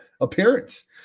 appearance